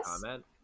comment